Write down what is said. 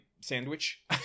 sandwich